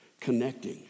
connecting